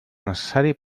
necessari